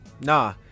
Nah